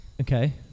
Okay